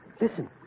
Listen